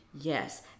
Yes